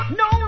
no